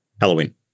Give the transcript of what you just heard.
Halloween